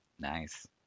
Nice